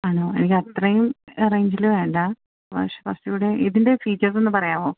ആണോ എനിക്ക് അത്രയും റേയ്ഞ്ചില് വേണ്ട ക്യാഷ് കുറച്ചുകൂടെ ഇതിൻ്റെ ഫീച്ചേഴ്സൊന്ന് പറയാമോ